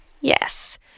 Yes